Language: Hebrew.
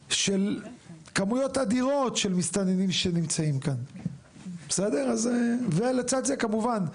שכמויות הדירות של מסתננים שנמצאים כאן ולצד זה כמובן,